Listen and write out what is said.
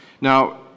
Now